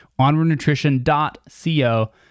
onwardnutrition.co